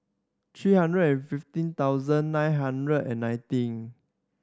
three hundred and fifteen thousand nine hundred and nineteen